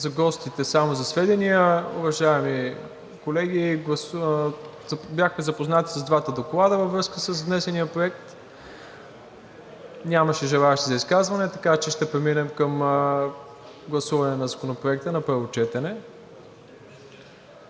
За гостите само за сведение. Уважаеми колеги, бяхме запознати с двата доклада във връзка с внесения проект, нямаше желаещи за изказване, така че ще преминем към гласуване на Законопроекта на първо четене.